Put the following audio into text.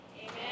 Amen